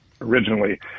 originally